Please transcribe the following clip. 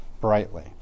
brightly